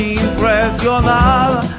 impresionada